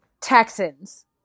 Texans